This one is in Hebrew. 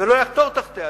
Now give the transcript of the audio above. ולא יחתור תחתיה.